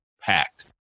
packed